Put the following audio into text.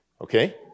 okay